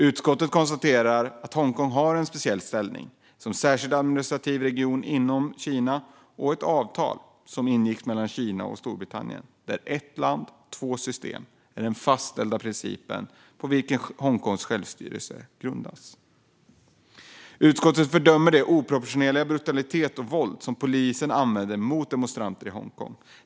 Utskottet konstaterar att Hongkong har en speciell ställning som särskild administrativ region inom Kina enligt ett avtal som ingicks mellan Kina och Storbritannien. Ett land, två system är den fastställda princip på vilken Hongkongs självstyre grundas. Utskottet fördömer den oproportionerliga brutalitet och det våld som polisen använder mot demonstranter i Hongkong.